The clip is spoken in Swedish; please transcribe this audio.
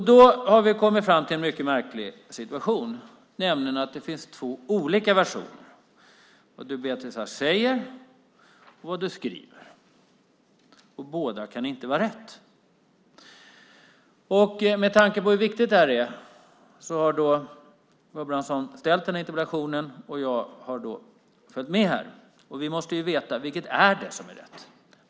Då har vi fått en mycket märklig situation, nämligen att det finns två olika versioner: det Beatrice Ask säger och det hon skriver. Båda kan inte vara rätt. Med tanke på hur viktigt det här är har Karl Gustav Abramsson framställt den här interpellationen, och jag har följt med. Vi måste veta: Vilket är det som är rätt?